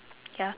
ya